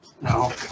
No